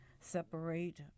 separate